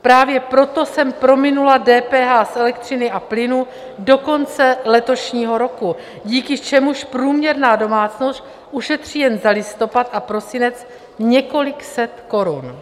Právě proto jsem prominula DPH z elektřiny a plynu do konce letošního roku, díky čemuž průměrná domácnost ušetří jen za listopad a prosinec několik set korun.